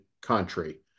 country